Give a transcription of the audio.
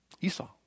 Esau